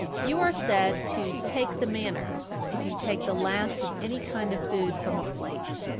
you are said to take the manners if you take the last of any kind of food from a plate.